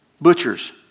butchers